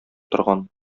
торган